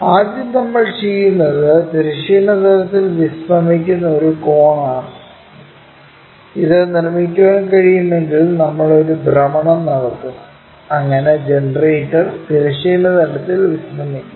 ആദ്യം നമ്മൾ ചെയ്യുന്നത് തിരശ്ചീന തലത്തിൽ വിശ്രമിക്കുന്ന ഒരു കോണാണ് ഇത് നിർമ്മിക്കാൻ കഴിയുമെങ്കിൽ നമ്മൾ ഒരു ഭ്രമണം നടത്തും അങ്ങനെ ജനറേറ്റർ തിരശ്ചീന തലത്തിൽ വിശ്രമിക്കും